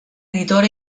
editora